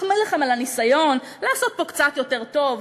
להחמיא לכם על הניסיון לעשות פה קצת יותר טוב,